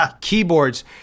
keyboards